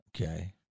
Okay